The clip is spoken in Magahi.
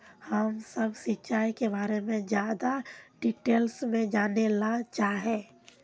हम सब सिंचाई के बारे में ज्यादा डिटेल्स में जाने ला चाहे?